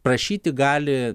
prašyti gali